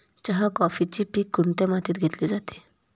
चहा, कॉफीचे पीक कोणत्या मातीत घेतले जाते?